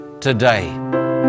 today